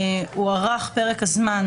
הוארך פרק הזמן